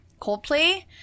Coldplay